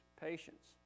patience